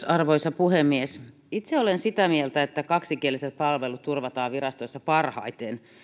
arvoisa puhemies itse olen sitä mieltä että kaksikieliset palvelut turvataan virastoissa parhaiten